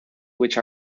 which